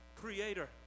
creator